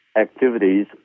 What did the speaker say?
activities